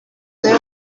aho